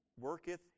worketh